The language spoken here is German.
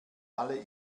alle